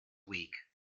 week